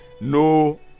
no